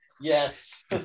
Yes